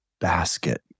basket